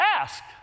Ask